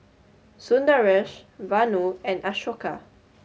Sundaresh Vanu and Ashoka